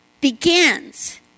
begins